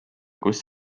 kus